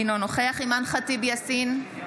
אינו נוכח אימאן ח'טיב יאסין,